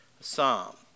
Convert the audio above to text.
psalm